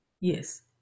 Yes